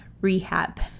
rehab